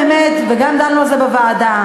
וגם דנו על זה בוועדה,